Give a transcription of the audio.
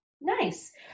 Nice